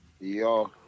yo